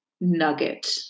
nugget